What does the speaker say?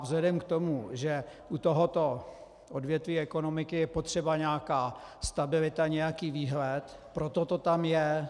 Vzhledem k tomu, že u tohoto odvětví ekonomiky je potřeba nějaká stabilita, nějaký výhled, proto to tam je.